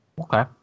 Okay